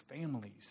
families